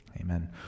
Amen